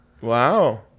Wow